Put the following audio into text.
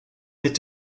mit